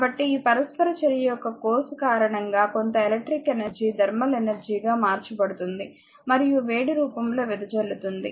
కాబట్టి ఈ పరస్పర చర్య యొక్క కోర్సు కారణంగా కొంత ఎలక్ట్రిక్ ఎనర్జీ థర్మల్ ఎనర్జీ గా మార్చబడుతుంది మరియు వేడి రూపంలో వెదజల్లుతుంది